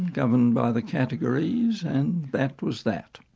governed by the categories and that was that.